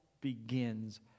begins